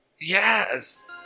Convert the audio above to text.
Yes